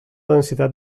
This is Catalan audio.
densitat